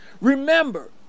Remember